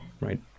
right